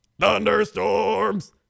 Thunderstorms